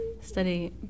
study